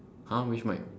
!huh! which mic